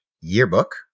Yearbook